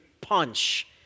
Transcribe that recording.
punch